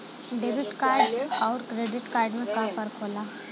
Debit card अउर credit card में का फर्क होला?